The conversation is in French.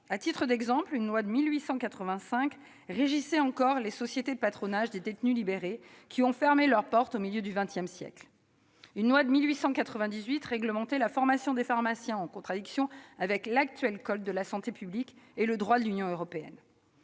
À titre d'exemple, une loi de 1885 régissait encore les sociétés de patronage des détenus libérés, qui ont fermé leurs portes au milieu du XX siècle. Une loi de 1898 réglementait la formation des pharmaciens, en contradiction avec l'actuel code de la santé publique et le droit de l'Union européenne